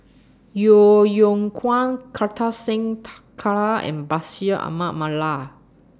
Yeo Yeow Kwang Kartar Singh Thakral and Bashir Ahmad Mallal